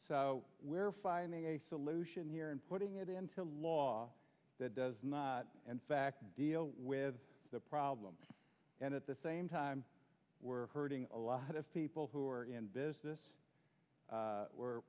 finding a solution here and putting it into law that does not in fact deal with the problem and at the same time we're hurting a lot of people who are in business we're